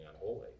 unholy